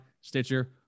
Stitcher